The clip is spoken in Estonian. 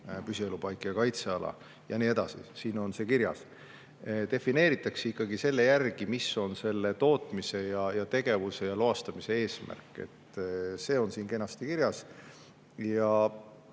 püsielupaik ja kaitseala ja nii edasi. Siin on see kirjas. Defineeritakse ikkagi selle järgi, mis on selle tootmise ja tegevuse ja loastamise eesmärk. See on siin kenasti kirjas.